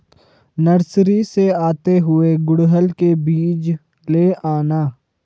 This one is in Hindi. नर्सरी से आते हुए गुड़हल के बीज ले आना